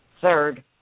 third